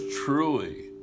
truly